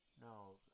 No